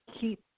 keep